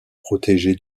protégé